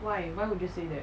why why would you say that